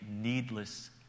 needless